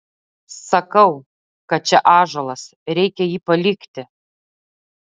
sakau kad čia ąžuolas reikia jį palikti